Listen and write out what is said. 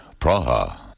Praha